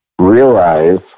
realize